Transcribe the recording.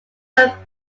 throughout